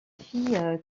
fille